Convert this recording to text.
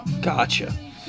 Gotcha